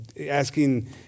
asking